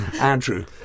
Andrew